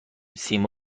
چیزی